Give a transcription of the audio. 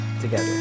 together